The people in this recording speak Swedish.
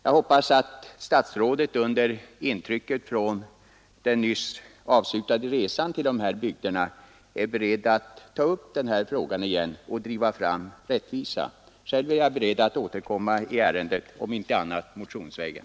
Jag hoppas att statsrådet under intrycket av den nyss avslutade resan till dessa bygder är beredd att ta upp den här frågan igen och driva fram rättvisa. Själv är jag beredd att återkomma i ärendet, om inte annat så motionsvägen.